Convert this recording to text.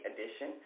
edition